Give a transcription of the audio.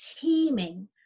teeming